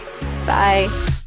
Bye